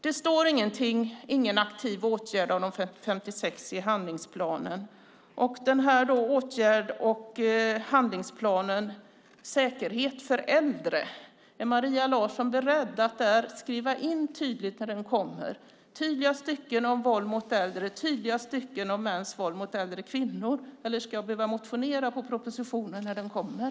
Det finns ingen aktiv åtgärd mot detta bland de 56 i handlingsplanen. Är Maria Larsson beredd att i åtgärds och handlingsplanen om säkerhet för äldre när den kommer skriva in tydliga stycken om våld mot äldre och tydliga stycken om mäns våld mot äldre kvinnor? Eller ska jag behöva motionera på propositionen när den kommer?